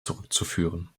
zurückzuführen